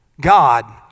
God